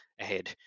ahead